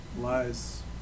lies